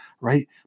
right